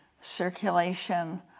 circulation